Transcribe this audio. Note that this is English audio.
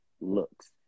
looks